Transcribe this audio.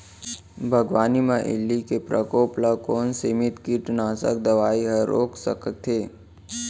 बागवानी म इल्ली के प्रकोप ल कोन सीमित कीटनाशक दवई ह रोक सकथे?